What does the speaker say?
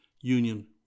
union